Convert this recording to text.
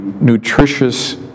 nutritious